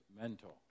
mentor